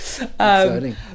Exciting